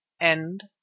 end